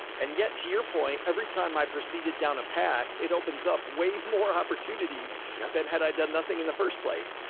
and yet, to your point, every time i proceeded down a path, it opens up way more opportunities than had i done nothing in the first place.